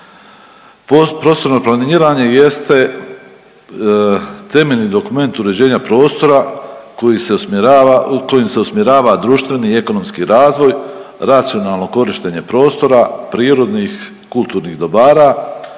Prostorno planiranje jeste temeljni dokument uređenja prostora kojim se usmjerava društveni i ekonomski razvoj, racionalno korištenje prostora, prirodnih i kulturnih dobara,